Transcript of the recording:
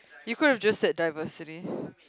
you could have just said diversity